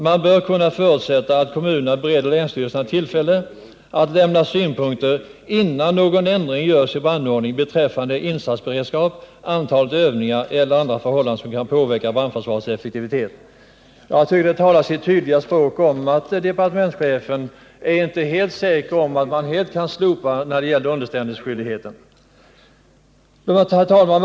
Man bör kunna förutsätta att kommunerna bereder länsstyrelsen tillfälle att lämna synpunkter, innan någon ändring görs i brandordning beträffande insatsberedskap, antalet övningar eller andra förhållanden som kan påverka brandförsvarets effektivitet.” Detta talar sitt tydliga språk — departementschefen är inte säker på att man helt kan slopa underställningsskyldigheten. Herr talman!